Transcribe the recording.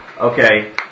Okay